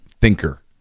thinker